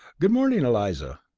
good morning, eliza.